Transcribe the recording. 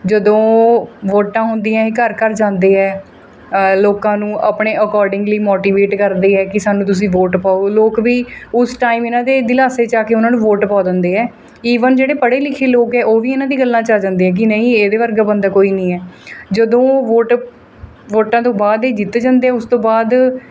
ਜਦੋਂ ਵੋਟਾਂ ਹੁੰਦੀਆਂ ਇਹ ਘਰ ਘਰ ਜਾਂਦੇ ਐ ਲੋਕਾਂ ਨੂੰ ਆਪਣੇ ਅਕੋਡਿੰਗਲੀ ਮੋਟੀਵੇਟ ਕਰਦੇ ਐ ਕਿ ਸਾਨੂੰ ਤੁਸੀਂ ਵੋਟ ਪਾਓ ਲੋਕ ਵੀ ਉਸ ਟਾਈਮ ਇਹਨਾਂ ਦੇ ਦਿਲਾਸੇ 'ਚ ਆ ਕੇ ਉਹਨਾਂ ਨੂੰ ਵੋਟ ਪਾ ਦਿੰਦੇ ਐ ਈਵਨ ਜਿਹੜੇ ਪੜ੍ਹੇ ਲਿਖੇ ਲੋਕ ਆ ਉਹ ਵੀ ਇਹਨਾਂ ਦੀ ਗੱਲਾਂ 'ਚ ਆ ਜਾਂਦੇ ਕਿ ਨਹੀਂ ਇਹਦੇ ਵਰਗਾ ਬੰਦਾ ਕੋਈ ਨਹੀਂ ਹੈ ਜਦੋਂ ਵੋਟ ਵੋਟਾਂ ਤੋਂ ਬਾਅਦ ਇਹ ਜਿੱਤ ਜਾਂਦੇ ਆ ਉਸ ਤੋਂ ਬਾਅਦ